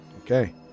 Okay